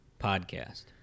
podcast